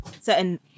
certain